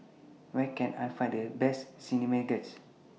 Where Can I Find The Best Chimichangas